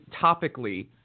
topically